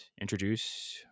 introduce